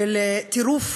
של טירוף.